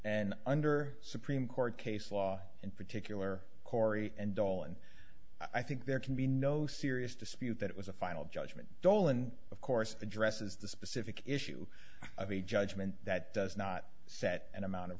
and under supreme court case law in particular corey and dallen i think there can be no serious dispute that it was a final judgment dolan of course addresses the specific issue of a judgment that does not set an amount of